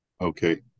Okay